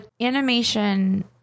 animation